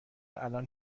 الان